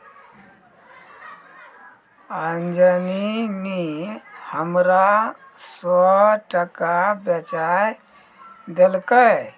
अंजली नी हमरा सौ टका पैंचा देलकै